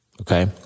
Okay